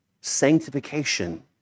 sanctification